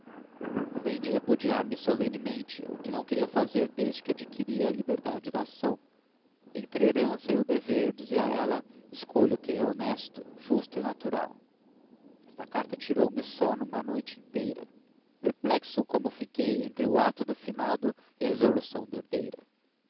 além de repudiar me solenemente o que não queria fazer desde que adquiria a liberdade de ação entre a herança e o dever dizia ela escolho o que é honesto justo e natural esta carta tirou-me o sono uma noite inteira perplexo como fiquei entre o ato do finado e a resolução da herdeira